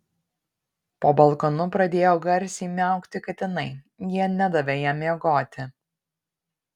po balkonu pradėjo garsiai miaukti katinai jie nedavė jam miegoti